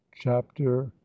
Chapter